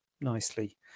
nicely